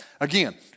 Again